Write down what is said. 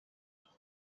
بود